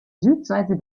südseite